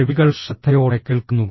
ചെവികൾ ശ്രദ്ധയോടെ കേൾക്കുന്നു